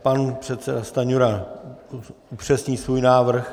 Pan předseda Stanjura upřesní svůj návrh.